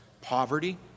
poverty